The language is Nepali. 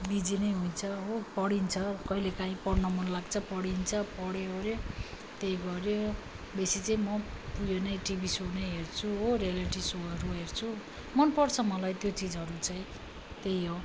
बिजी नै होइन्छ हो पढिन्छ कहिले काहीँ पढ्न मन लाग्छ पढिन्छ पढ्यो अर्यो त्यही गर्यो बेसी चाहिँ म यो नै टिभी सोनै हेर्छु हो रियलिटी सोहरू हेर्छु मन पर्छ मलाई त्यो चिजहरू चाहिँ त्यही हो